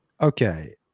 Okay